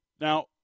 Now